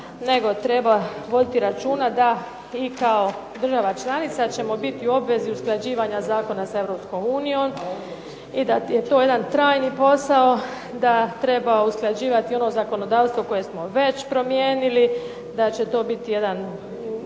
nego treba voditi računa da i kao država članica ćemo biti obvezi usklađivanja zakona sa Europskom unijom i da je to jedan trajni posao da treba usklađivati ono zakonodavstvo koje smo već promijenili, da će to biti jedan,